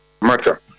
matter